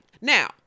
Now